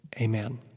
Amen